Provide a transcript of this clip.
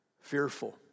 Fearful